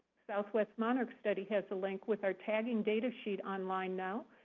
southwest monarch study has a link with our tagging data sheet online now,